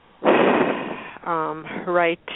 right